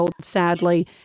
sadly